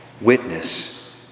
witness